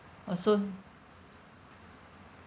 or soon